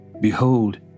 Behold